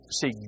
see